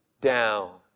down